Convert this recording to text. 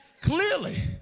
Clearly